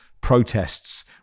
protests